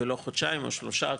ולא חודשיים או שלושה.